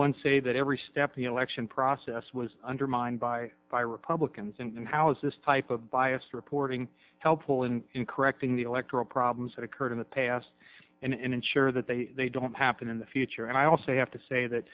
one say that every step of the election process was undermined by by republicans and how is this type of biased reporting helpful in correcting the electoral problems that occurred in the past and ensure that they don't happen in the future and i also have to say